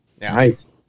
Nice